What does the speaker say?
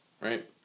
right